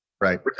Right